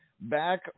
back